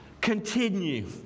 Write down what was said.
continue